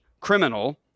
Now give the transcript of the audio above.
criminal